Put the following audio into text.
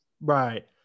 Right